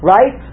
Right